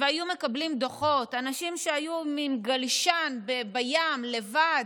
והיו מקבלים דוחות, אנשים שהיו עם גלשן בים לבד.